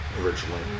originally